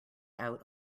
out